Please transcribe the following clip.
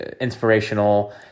inspirational